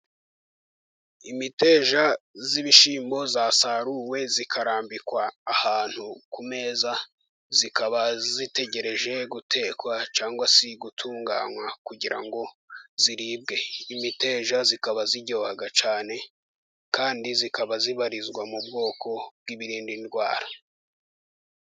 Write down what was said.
Imiteja y'ibishyimbo yasaruwe ikarambikwa ahantu ku meza, ikaba itegereje gutekwa cyangwa se gutunganywa kugira ngo iribwe. Imiteja ikaba iryoha cyane, kandi ikaba ibarizwa mu bwoko bw'ibirinda indwara.